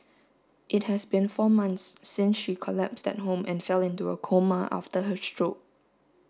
it has been four months since she collapsed at home and fell into a coma after her stroke